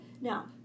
Now